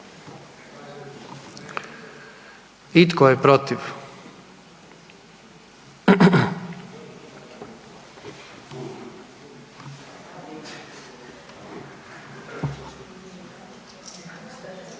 I tko je protiv?